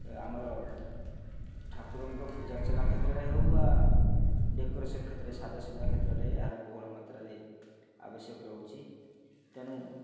ଆମର ଠାକୁରଙ୍କ ପୂଜାର୍ଚ୍ଚନା କ୍ଷେତ୍ରରେ ହେଉ ବା ଡେକୋରେସନ୍ କ୍ଷେତ୍ରରେ ସାଜ୍ଜସଜ୍ଜା କ୍ଷେତ୍ରରେ ଏହାର ବହୁଳ ମାତ୍ରାରେ ଆବଶ୍ୟକ ରହୁଛି ତେଣୁ